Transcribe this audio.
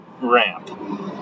ramp